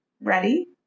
Ready